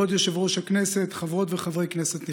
כבוד יושב-ראש הכנסת, חברות וחברי כנסת נכבדים,